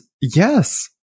yes